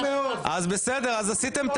עשיתם את